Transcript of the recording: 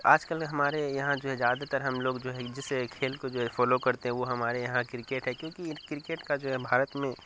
آجکل ہمارے یہاں جو ہے زیادہ تر ہم لوگ جو ہے جس کھیل کو فالو کرتے ہیں وہ ہمارے یہاں کرکٹ ہے کیوںکہ کرکٹ کا جو ہے بھارت میں